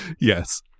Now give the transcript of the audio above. Yes